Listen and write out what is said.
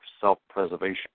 self-preservation